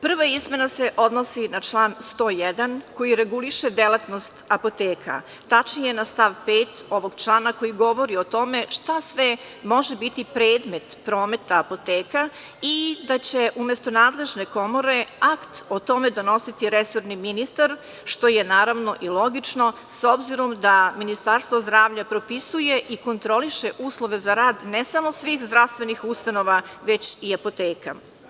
Prva izmena se odnosi na član 101. koji reguliše delatnost apoteka, tačnije na stav 5. ovog člana koji govori o tome šta sve može biti predmet prometa apoteka i da će umesto nadležne komore, akt o tome donositi resorni ministar, što je naravno i logično s obzirom da Ministarstvo zdravlja propisuje i kontroliše uslove za rad ne samo svih zdravstvenih ustanova, već i apoteka.